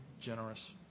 generous